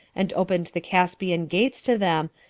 and opened the caspian gates to them,